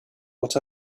what